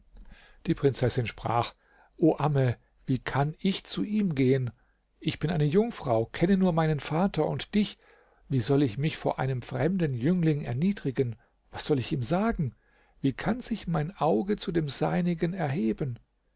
die prinzessin sprach o amme wie kann ich zu ihm gehen ich bin eine jungfrau kenne nur meinen vater und dich wie soll ich mich vor einem fremden jüngling erniedrigen was soll ich ihm sagen wie kann sich mein auge zu dem seinigen erheben